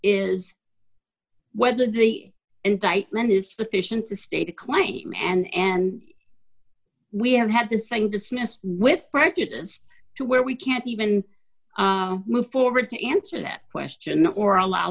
is whether the indictment is sufficient to state a claim and we have had the same dismissed with prejudice to where we can't even move forward to answer that question or allow